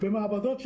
במעבדות שונות.